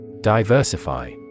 Diversify